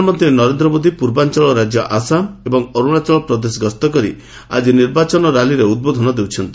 ପ୍ରଧାନମନ୍ତ୍ରୀ ନରେନ୍ଦ୍ର ମୋଦି ପୂର୍ବାଞ୍ଚଳ ରାଜ୍ୟ ଆସାମ ଏବଂ ଅରୁଣାଚଳପ୍ରଦେଶ ଗସ୍ତ କରି ଆଜି ନିର୍ବାଚନ ର୍ୟାଲିରେ ଉଦ୍ବୋଧନ ଦେଉଛନ୍ତି